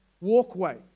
walkway